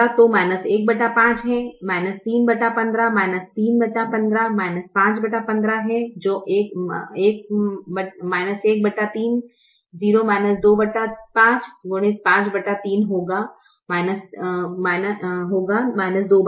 तो 15 315 215 515 है जो की 13 हो जाएगा 0 25 x 53 23होगा